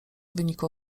wyniku